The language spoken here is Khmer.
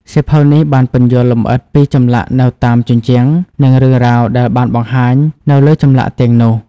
សៀវភៅនេះបានពន្យល់លម្អិតអំពីចម្លាក់នៅតាមជញ្ជាំង និងរឿងរ៉ាវដែលបានបង្ហាញនៅលើចម្លាក់ទាំងនោះ។